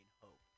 hope